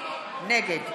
נגד